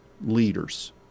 leaders